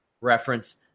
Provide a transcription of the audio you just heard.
reference